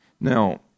Now